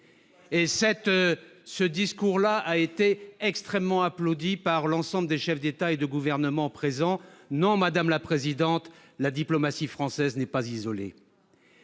Ce discours a été très applaudi par l'ensemble des chefs d'État et de gouvernement présents. Non, madame la présidente, la diplomatie française n'est pas isolée.